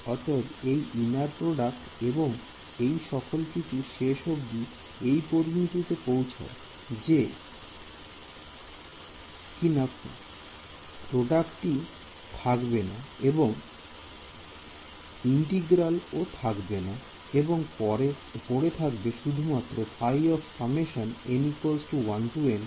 অতএব এই inner product এবং এই সকল কিছু শেষ অব্দি এই পরিণতি তে পৌঁছায় যে চিনা প্রডাক্টটি থাকে না এবং ইন্টিগ্রাল ও থাকে না এবং পড়ে থাকে